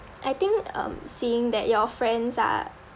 I think um seeing that your friends are